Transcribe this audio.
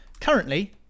Currently